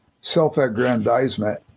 self-aggrandizement